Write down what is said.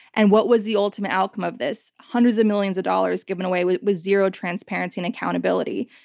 and what was the ultimate outcome of this? hundreds of millions of dollars given away with with zero transparency and accountability.